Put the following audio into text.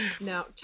No